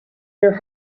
your